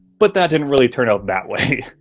but that didn't really turn out that way.